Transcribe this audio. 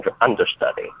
understudy